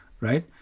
Right